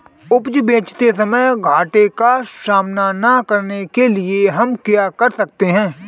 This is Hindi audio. उपज बेचते समय घाटे का सामना न करने के लिए हम क्या कर सकते हैं?